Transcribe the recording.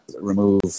remove